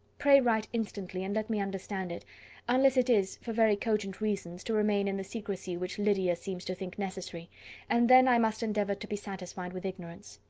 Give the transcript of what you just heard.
pray write instantly, and let me understand it unless it is, for very cogent reasons, to remain in the secrecy which lydia seems to think necessary and then i must endeavour to be satisfied with ignorance.